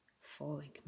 falling